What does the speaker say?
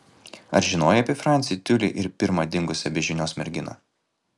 ar žinojai apie francį tiulį ir pirmą dingusią be žinios merginą